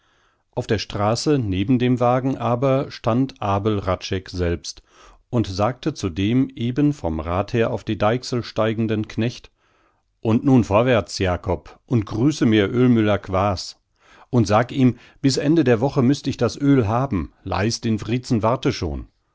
auf der straße neben dem wagen aber stand abel hradscheck selbst und sagte zu dem eben vom rad her auf die deichsel steigenden knecht und nun vorwärts jakob und grüße mir ölmüller quaas und sag ihm bis ende der woche müßt ich das öl haben leist in wrietzen warte schon